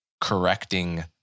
correcting